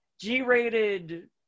g-rated